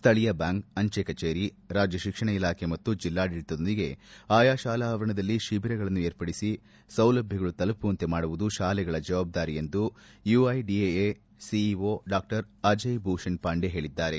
ಸ್ಥಳೀಯ ಬ್ಯಾಂಕ್ ಅಂಜೆ ಕಚೇರಿ ರಾಜ್ಯ ಶಿಕ್ಷಣ ಇಲಾಖೆ ಮತ್ತು ಜಿಲ್ಲಾಡಳತದೊಂದಿಗೆ ಶಾಲಾ ಆವರಣದಲ್ಲಿ ಶಿಬಿರಗಳನ್ನು ಏರ್ಪಡಿಸಿ ಸೌಲಭ್ಞಗಳು ತಲುಪುವಂತೆ ಮಾಡುವುದು ಶಾಲೆಗಳ ಜವಾಬ್ದಾರಿ ಎಂದು UIDAI CEO Dr Ajay Bhushan Pandey ಹೇಳಿದ್ದಾರೆ